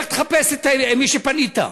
לך תחפש את מי שפנית אליו.